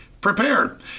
prepared